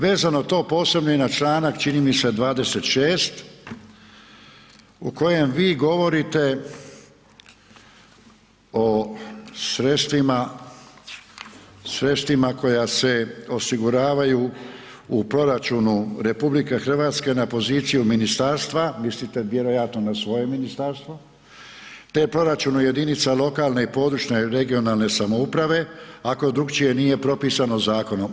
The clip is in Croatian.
Vezano to posebno i na članak čini mi se 26. u kojem vi govorite o sredstvima, sredstvima koja se osiguravaju u proračunu RH na poziciji ministarstva, mislite vjerojatno na svoje ministarstvo te proračunu jedinica lokalne i područne (regionalne) samouprave ako drukčije nije propisano zakonom.